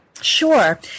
Sure